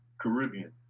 Caribbean